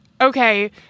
okay